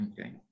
Okay